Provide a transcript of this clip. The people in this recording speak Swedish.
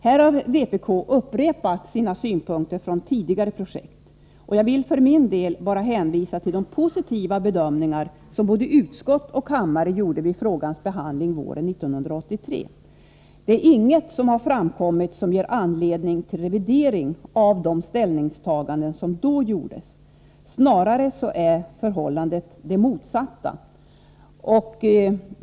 Här har vpk upprepat sina synpunkter från tidigare projekt. Jag vill för min del bara hänvisa till de positiva bedömningar som både utskott och kammare gjorde vid frågans behandling våren 1983. Inget har framkommit som ger anledning till revidering av de ställningstaganden som då gjordes. Snarare är förhållandet det motsatta.